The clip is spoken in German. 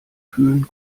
kühlen